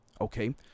okay